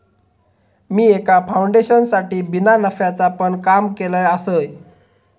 मी एका फाउंडेशनसाठी बिना नफ्याचा पण काम केलय आसय